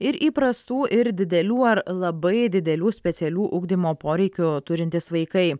ir įprastų ir didelių ar labai didelių specialių ugdymo poreikių turintys vaikai